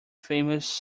famous